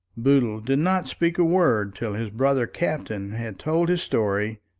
boodle did not speak a word till his brother captain had told his story,